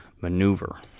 maneuver